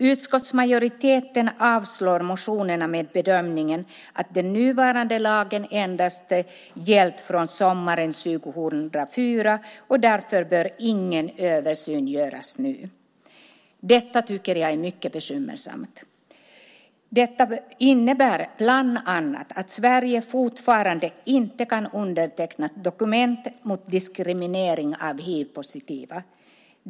Utskottsmajoriteten avslår motionerna med bedömningen att den nuvarande lagen endast gällt från sommaren 2004. Därför bör ingen översyn göras nu. Detta tycker jag är mycket bekymmersamt. Det innebär bland annat att Sverige fortfarande inte kan underteckna dokument mot diskriminering av hivpositiva.